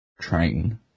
train